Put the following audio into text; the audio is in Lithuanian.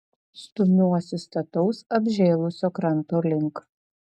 stumiuosi stataus apžėlusio kranto link